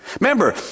Remember